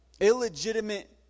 illegitimate